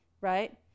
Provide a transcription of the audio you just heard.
right